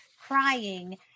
crying